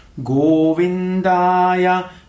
GOVINDAYA